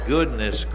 Goodness